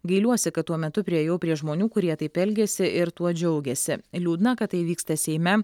gailiuosi kad tuo metu priėjau prie žmonių kurie taip elgiasi ir tuo džiaugiasi liūdna kad tai vyksta seime